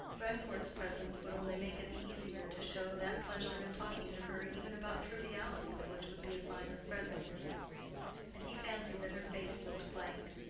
grandcourt's presence would only make it the easier to show that pleasure in talking to her even about trivialities which would be a sign of friendliness and he fancied that her face looked blank.